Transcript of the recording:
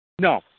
No